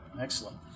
Excellent